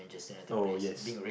oh yes